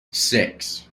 six